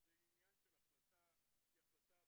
אני בכנסת ארבע שנים כמעט ואני כל הזמן